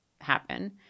happen